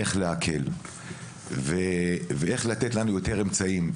איך להקל ואיך לתת לנו יותר אמצעים,